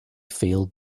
feel